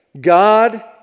God